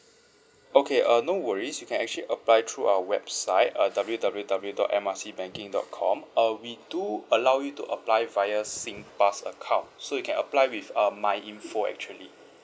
okay uh no worries you can actually apply through our website uh W W W dot M R C banking dot com uh we do allow you to apply via singpass account so you can apply with um my info actually